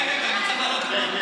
אני עולה מלמעלה.